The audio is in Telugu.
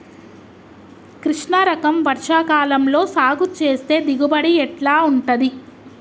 కృష్ణ రకం వర్ష కాలం లో సాగు చేస్తే దిగుబడి ఎట్లా ఉంటది?